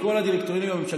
בכל הדירקטורים הממשלתיים.